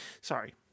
Sorry